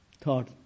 thought